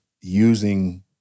using